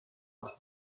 not